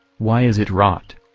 why is it rot?